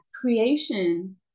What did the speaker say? creation